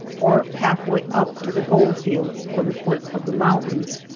or half way up to the gold fields, from the foot of the mountains.